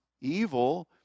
evil